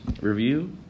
review